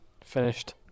finished